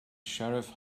sheriff